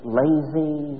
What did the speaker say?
lazy